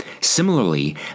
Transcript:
Similarly